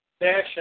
Dash